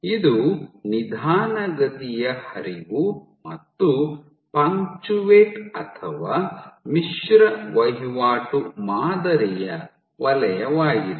ಇದು ನಿಧಾನಗತಿಯ ಹರಿವು ಮತ್ತು ಪಂಚುಯೇಟ್ ಅಥವಾ ಮಿಶ್ರ ವಹಿವಾಟು ಮಾದರಿಯ ವಲಯವಾಗಿದೆ